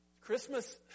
Christmas